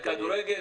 לכדורגל?